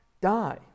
die